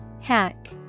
Hack